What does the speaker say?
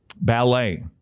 ballet